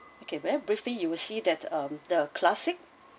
okay very briefly you will see that um the classic